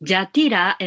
Jatira